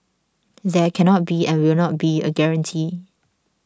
there cannot be and will not be a guarantee